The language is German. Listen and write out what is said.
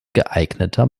geeigneter